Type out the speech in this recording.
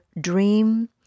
dream